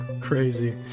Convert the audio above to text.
crazy